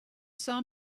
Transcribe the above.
saw